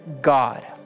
God